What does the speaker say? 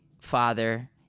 father